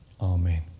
Amen